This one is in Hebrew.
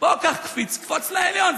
בוא, קח קפיץ וקפוץ לעליון.